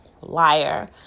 liar